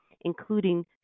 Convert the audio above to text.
including